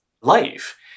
life